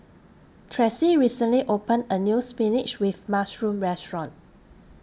Tressie recently opened A New Spinach with Mushroom Restaurant